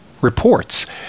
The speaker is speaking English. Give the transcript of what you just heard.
reports